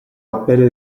appelle